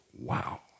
Wow